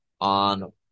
On